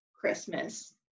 Christmas